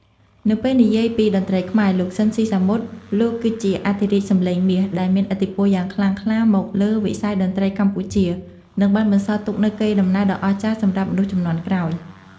នៅពេលនិយាយពីតន្ត្រីខ្មែរ លោក ស៊ីន ស៊ីសាមុត លោកគឺជាអធិរាជសំឡេងមាសដែលមានឥទ្ធិពលយ៉ាងខ្លាំងក្លាមកលើវិស័យតន្ត្រីកម្ពុជា និងបានបន្សល់ទុកនូវកេរដំណែលដ៏អស្ចារ្យសម្រាប់មនុស្សជំនាន់ក្រោយ។